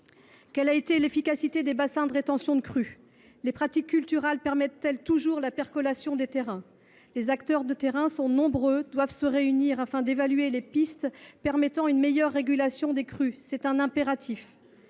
Quelle a été l’efficacité des bassins de rétention de crues ? Les pratiques culturales permettent elles toujours la percolation des terrains ? Les acteurs de terrain, nombreux, doivent se réunir, afin d’évaluer les pistes de solutions pour une meilleure régulation des crues. C’est un impératif